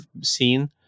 seen